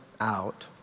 out